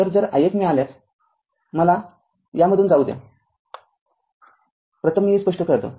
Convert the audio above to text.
तर जर i१ मिळाल्यास मला यामधून जाऊ द्या प्रथम मी हे स्पष्ट करतो